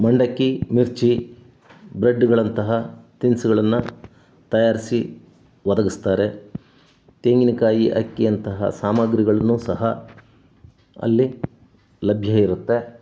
ಮಂಡಕ್ಕಿ ಮಿರ್ಚಿ ಬ್ರೆಡ್ಗಳಂತಹ ತಿನಿಸುಗಳನ್ನ ತಯಾರಿಸಿ ಒದಗಿಸ್ತಾರೆ ತೆಂಗಿನಕಾಯಿ ಅಕ್ಕಿಯಂತಹ ಸಾಮಾಗ್ರಿಗಳನ್ನೂ ಸಹ ಅಲ್ಲಿ ಲಭ್ಯ ಇರುತ್ತೆ